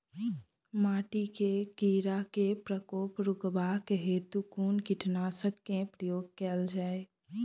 माटि मे कीड़ा केँ प्रकोप रुकबाक हेतु कुन कीटनासक केँ प्रयोग कैल जाय?